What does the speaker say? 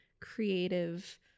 creative